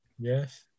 Yes